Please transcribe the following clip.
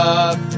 up